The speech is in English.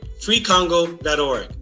Freecongo.org